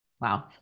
Wow